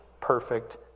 perfect